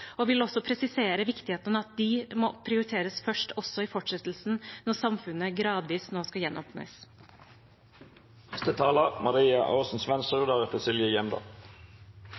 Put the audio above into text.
og vil også presisere viktigheten av at de må prioriteres først også i fortsettelsen, når samfunnet nå gradvis skal gjenåpnes.